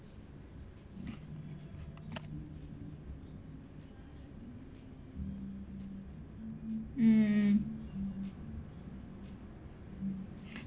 mm